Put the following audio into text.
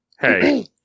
hey